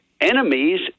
enemies